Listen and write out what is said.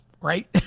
right